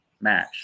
Match